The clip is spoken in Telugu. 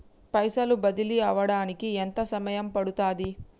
పైసలు బదిలీ అవడానికి ఎంత సమయం పడుతది?